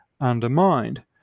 undermined